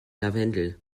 lavendel